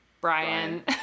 Brian